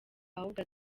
ahubwo